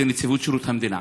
נציבות שירות המדינה.